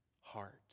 heart